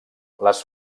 les